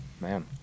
Man